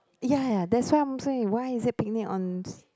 ya ya ya that's what I'm saying why is it picnic on